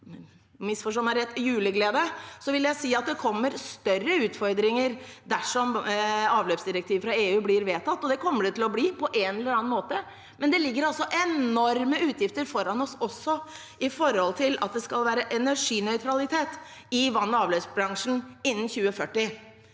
misforstå meg rett – juleglede vil jeg si at det kommer større utfordringer dersom avløpsdirektivet fra EU blir vedtatt, og det kommer det til å bli på en eller annen måte. Det ligger altså enorme utgifter foran oss, også i form av at det skal være energinøytralitet i vann- og avløpsbransjen innen 2040.